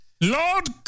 Lord